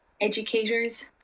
educators